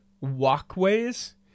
walkways